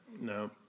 No